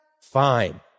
Fine